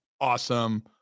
awesome